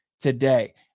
today